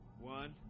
One